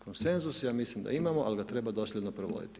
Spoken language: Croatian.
Konsenzus ja mislim da imamo, ali ga treba dosljedno provoditi.